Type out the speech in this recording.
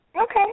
Okay